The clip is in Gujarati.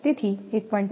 6 તેથી તે 1